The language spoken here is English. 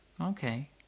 Okay